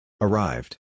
Arrived